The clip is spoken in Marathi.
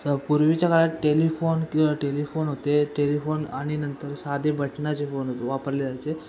स पूर्वीच्या काळात टेलिफोन किंवा टेलिफोन होते टेलिफोन आणि नंतर साधे बटनाचे फोन वापरले जायचे